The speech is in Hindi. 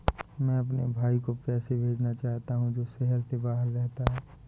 मैं अपने भाई को पैसे भेजना चाहता हूँ जो शहर से बाहर रहता है